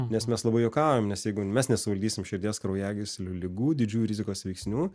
nes mes labai juokaujame nes jeigu mes nesuvaldysime širdies kraujagyslių ligų didžiųjų rizikos veiksnių